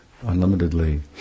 unlimitedly